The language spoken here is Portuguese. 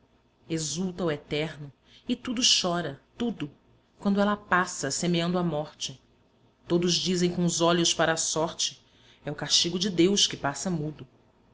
exulta o eterno e tudo chora tudo quando ela passa semeando a morte todos dizem coos olhos para a sorte é o castigo de deus que passa mudo